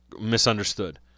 misunderstood